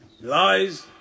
lies